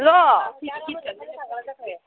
hello